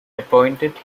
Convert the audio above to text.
appointed